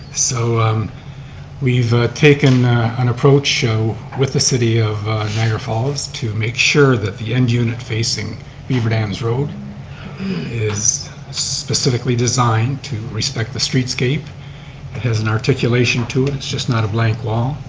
so um we've ah taken an approach with the city of niagara falls to make sure that the end unit facing beaverdams road is specifically designed to respect the street scape, it has an articulation to it, it's just not a blank wall.